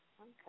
Okay